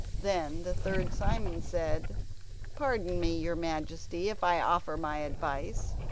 then the third simon said pardon me, your majesty, if i offer my advice.